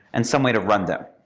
and some way to run them.